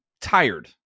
tired